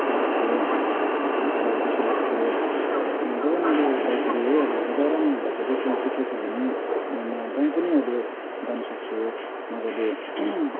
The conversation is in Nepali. जाँदाखेरि भाडाहरू बेसी लाग्थ्यो जब मैले बाइक लिएँ र हुँदा र नहुँदाको डिफ्रेन्स चाहिँ के छ भने म जहीँ पनि अहिले जानु सक्छु मजाले